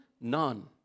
none